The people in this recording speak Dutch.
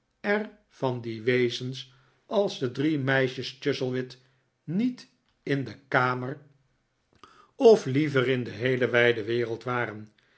er van die wezens als de drie meisjes chuzzlewit niet in de kamer of liever in de heele wijde wereld waren